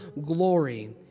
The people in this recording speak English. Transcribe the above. glory